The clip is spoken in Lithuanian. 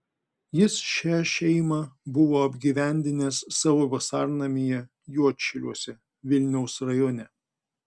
jis šią šeimą buvo apgyvendinęs savo vasarnamyje juodšiliuose vilniaus rajone